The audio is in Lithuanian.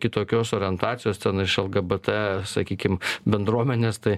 kitokios orientacijos ten iš lgbt sakykim bendruomenės tai